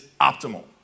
optimal